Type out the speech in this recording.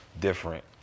different